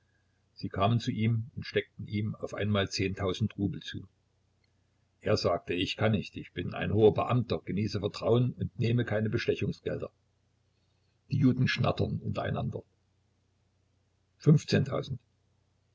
sie kamen zu ihm und steckten ihm auf einmal zehntausend rubel zu er sagte ich kann nicht ich bin ein hoher beamter genieße vertrauen und nehme keine bestechungsgelder die juden schnattern untereinander fünfzehntausend